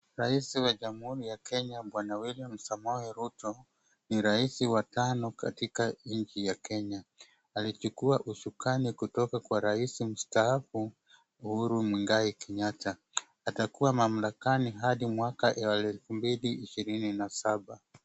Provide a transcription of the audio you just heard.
Raisi wa Jamhuri ya Kenya Bwana William Samoei Ruto, ni raisi wa tano katika nchi ya Kenya. Alichukua usukani kutoka kwa raisi msataafu, Uhuru Mwigai Kenyatta. Atakuwa maamlakani hadi mwaka ya elfu mbili ishirini na saba.